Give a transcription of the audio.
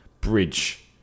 bridge